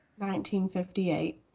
1958